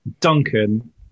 Duncan